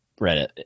Reddit